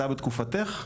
היה בתקופתך?